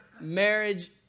marriage